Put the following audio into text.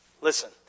Listen